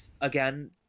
again